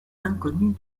inconnues